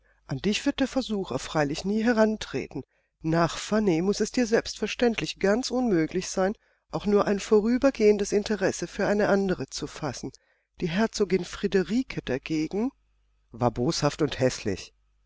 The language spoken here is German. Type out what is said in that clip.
an dich wird der versucher freilich nie herantreten nach fanny muß es dir selbstverständlich ganz unmöglich sein auch nur ein vorübergehendes interesse für eine andere zu fassen die herzogin friederike dagegen war boshaft und häßlich